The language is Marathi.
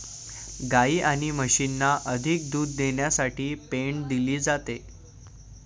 गायी आणि म्हशींना अधिक दूध देण्यासाठी पेंड दिली जाते